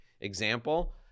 Example